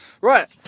Right